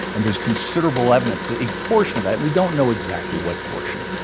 and there's considerable evidence that a portion of that, we don't know exactly what portion,